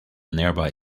nearby